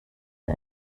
wir